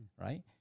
Right